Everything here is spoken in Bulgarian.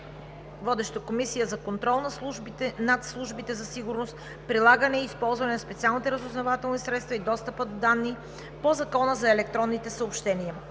Водеща е Комисията за контрол над службите за сигурност, прилагането и използването на специалните разузнавателни средства и достъпа до данните по Закона за електронните съобщения.